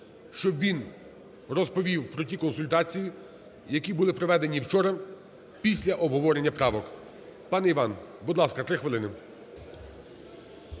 щоб він розповів про ті консультації, які були проведені вчора після обговорення правок. Пане Іван, будь ласка, три хвилини.